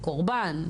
לקורבן,